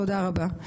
תודה רבה.